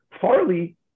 Farley